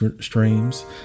streams